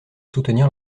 soutenir